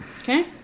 Okay